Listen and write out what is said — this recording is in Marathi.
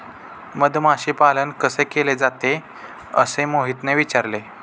मधमाशी पालन कसे केले जाते? असे मोहितने विचारले